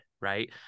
right